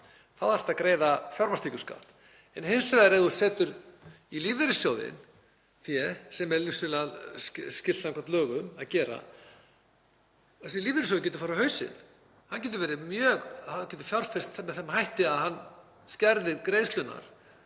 þá þarftu að greiða fjármagnstekjuskatt. Hins vegar ef þú setur í lífeyrissjóðinn fé sem er vissulega skylt samkvæmt lögum að gera — þessi lífeyrissjóður getur farið á hausinn. Hann getur fjárfest með þeim hætti að hann skerði greiðslurnar.